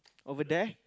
over there